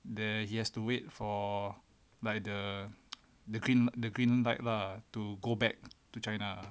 then he has to wait for like the the green the green light lah to go back to china